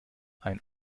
ein